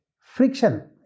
friction